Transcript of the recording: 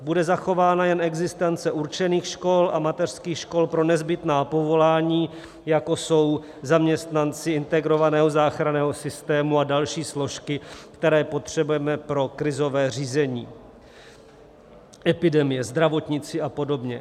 Bude zachována jen existence určených škol a mateřských škol pro nezbytná povolání, jako jsou zaměstnanci Integrovaného záchranného systému a další složky, které potřebujeme pro krizové řízení epidemie, zdravotníci apod.